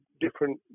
different